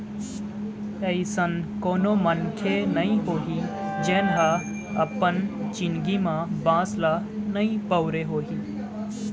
अइसन कोनो मनखे नइ होही जेन ह अपन जिनगी म बांस ल नइ बउरे होही